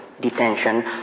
detention